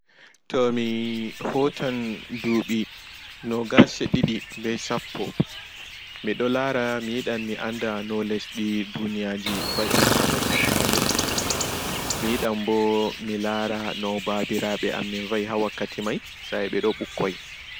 To mi hotan duuɓi nogas e' ɗiɗi be sappo mi ɗo lara mi yiɗan mi anda no lesdi duniyaji wa'I ha wakkati maajum mi yiɗan bo mi lara no babiraaɓe amin wa'I ha wakkati mai sa'I ɓeɗo ɓikkon